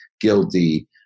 guilty